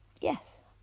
Yes